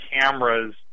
cameras